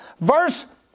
verse